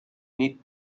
need